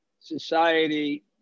society